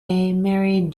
married